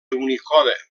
unicode